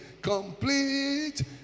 Complete